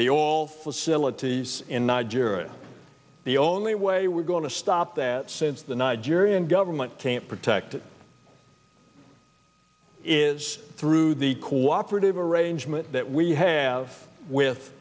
they all facilities in nigeria the only way we're going to stop that since the nigerian government can't protect it is through the cooperative arrangement that we have with